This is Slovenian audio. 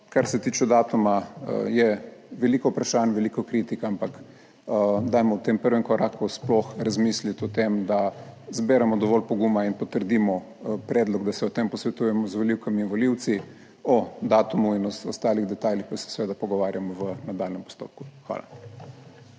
Kar se tiče datuma je veliko vprašanj, veliko kritik, ampak dajmo v tem prvem koraku sploh razmisliti o tem, da zberemo dovolj poguma in potrdimo predlog, da se o tem posvetujemo z volivkami in volivci, o datumu in ostalih detajlih pa se seveda pogovarjamo v nadaljnjem postopku. Hvala.